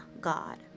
God